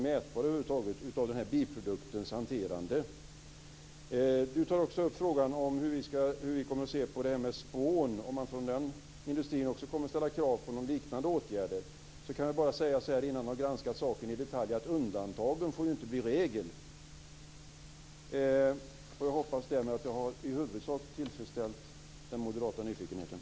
Marietta de Pourbaix-Lundin frågar också hur vi kommer att ställa oss om man också från spånindustrin kommer att ställa krav på liknande åtgärder. Innan jag har granskat saken i detalj kan jag bara säga att undantagen inte får bli regel. Jag hoppas därmed att jag i huvudsak har tillfredsställt den moderata nyfikenheten.